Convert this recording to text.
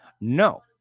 No